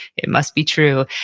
it must be true.